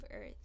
Earth